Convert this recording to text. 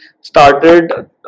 started